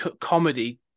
comedy